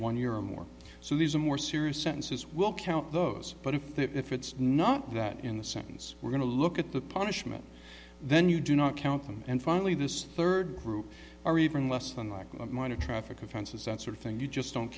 one year or more so these are more serious sentences will count those but if they if it's not that in the sentence we're going to look at the punishment then you do not count them and finally this third group are even less than likely minor traffic offenses that sort of thing you just don't